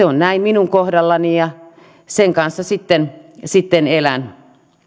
on näin minun kohdallani ja sen kanssa sitten sitten elän